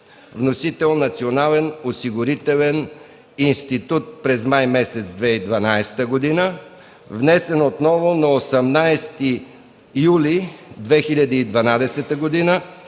Вносител – Националният осигурителен институт през месец май 2012 г. Внесен отново на 18 юли 2012 г.